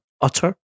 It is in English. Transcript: utter